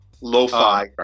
Lo-fi